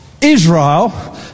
Israel